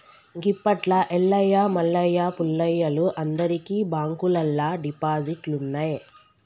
గిప్పట్ల ఎల్లయ్య మల్లయ్య పుల్లయ్యలు అందరికి బాంకుల్లల్ల డిపాజిట్లున్నయ్